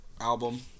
album